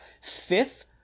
Fifth